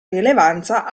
rilevanza